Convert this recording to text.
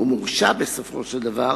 ומורשע בסופו של דבר,